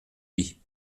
lui